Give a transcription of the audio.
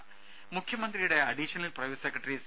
ദ്ദേ മുഖ്യമന്ത്രിയുടെ additional private secretary C